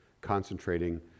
concentrating